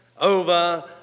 over